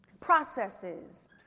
processes